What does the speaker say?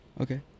Okay